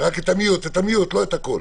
תטפל גם באופקים.